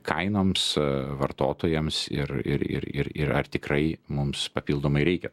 kainoms vartotojams ir ir ir ir ir ar tikrai mums papildomai reikia